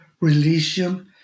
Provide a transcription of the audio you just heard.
religion